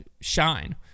shine